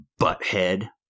butthead